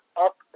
Up